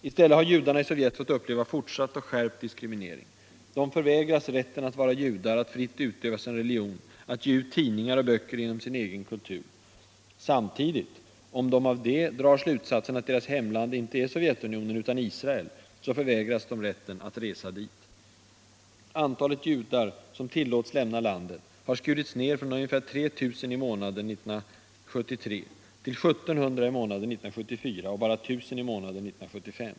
I stället har judarna i Sovjet fått uppleva fortsatt och skärpt diskrimincring. De förvägras rätten att vara judar, att fritt utöva sin religion, att ge ut tidningar och böcker inom sin egen kultur. Samtidigt — om de av detta drar slutsatsen att deras hemland inte är Sovjetunionen utan Israel, så förvägras de rätten att resa dit. Antalet judar som tillåts lämna landet har skurits ned från ungefär 3 000 i månaden 1973 till I 700 i månaden 1974 och bara I 000 i månaden 1975.